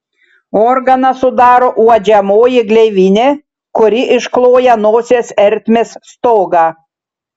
organą sudaro uodžiamoji gleivinė kuri iškloja nosies ertmės stogą